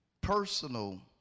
personal